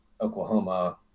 Oklahoma